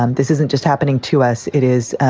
um this isn't just happening to us. it is.